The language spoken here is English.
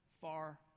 far